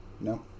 No